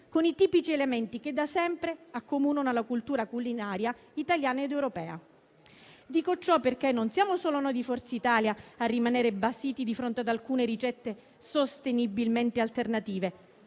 con i tipici elementi che da sempre accomunano la cultura culinaria italiana ed europea. Dico ciò perché non siamo solo noi di Forza Italia a rimanere basiti di fronte ad alcune ricette sostenibilmente alternative,